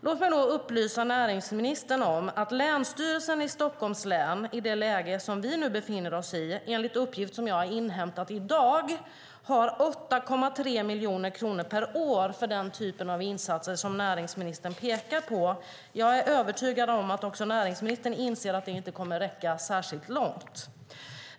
Låt mig upplysa näringsministern om att Länsstyrelsen i Stockholms län, enligt uppgifter som jag inhämtat i dag, i dagsläget har 8,3 miljoner kronor per år för den typen av insatser som näringsministern pekar på. Jag är övertygad om att näringsministern inser att det inte kommer att räcka särskilt långt.